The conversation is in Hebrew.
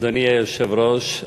אדוני היושב-ראש,